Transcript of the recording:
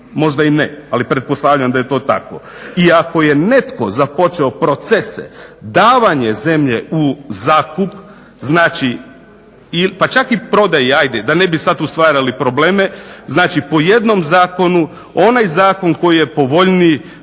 možda i ne ali pretpostavljam da je to tako. Iako je netko započeo procese davanje zemlje u zakup, znači pa čak i prodaja, da ne bi sad tu stvarali probleme, znači po jednom zakonu onaj zakon koji je povoljniji